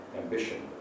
ambition